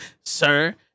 sir